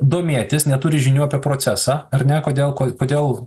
domėtis neturi žinių apie procesą ar ne kodėl ko kodėl